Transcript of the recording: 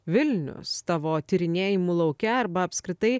vilnius tavo tyrinėjimų lauke arba apskritai